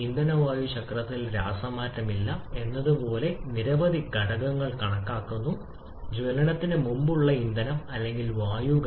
നമ്മൾക്ക് ഇത് നിങ്ങളുടെ വിരിഞ്ഞ പ്രദേശം ഉണ്ടെങ്കിൽ വിഘടനത്തിന്റെ പ്രഭാവം കണക്കിലെടുത്ത് യഥാർത്ഥ ഇന്ധന വായു ചക്രം അല്ലെങ്കിൽ ഇന്ധന വായു ചക്രം ഇതാണ്